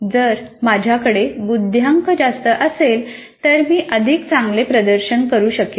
जर माझ्याकडे बुद्ध्यांक जास्त असेल तर मी अधिक चांगले प्रदर्शन करू शकेन